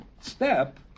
step